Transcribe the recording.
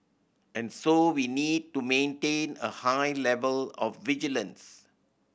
and so we need to maintain a high level of vigilance